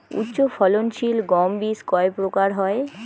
উচ্চ ফলন সিল গম বীজ কয় প্রকার হয়?